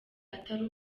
atari